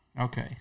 Okay